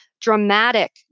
dramatic